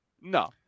No